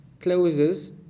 Closes